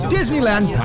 Disneyland